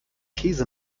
käse